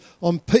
on